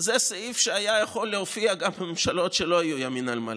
זה סעיף שהיה יכול להופיע גם ממשלות שלא היו ימין על מלא.